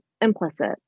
implicit